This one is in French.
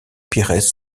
pires